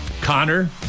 connor